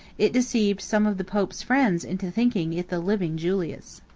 it deceived some of the pope's friends into thinking it the living julius.